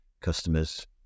customers